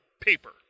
paper